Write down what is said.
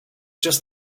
just